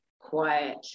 quiet